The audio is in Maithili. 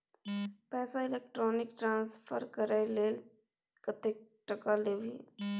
पैसा इलेक्ट्रॉनिक ट्रांसफर करय लेल कतेक टका लेबही